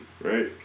Right